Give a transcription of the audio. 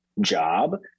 job